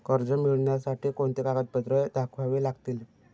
कर्ज मिळण्यासाठी कोणती कागदपत्रे दाखवावी लागतील?